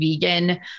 vegan